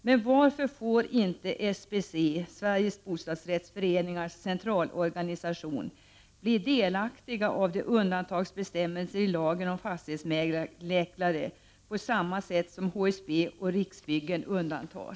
Varför får inte SBC, Sveriges bostadsrättsföreningars centralorganisation, bli delaktig av undantagsbestämmelserna i lagen om fastighetsmäklare på samma sätt som HSB och Riksbyggen?